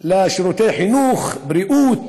לשירותי חינוך, בריאות,